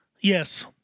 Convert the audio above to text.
yes